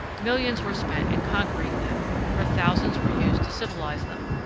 millions were spent in conquering them where thousands were used to civilize them,